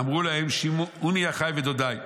אמרה להם: שמעוני אחיי ודודיי,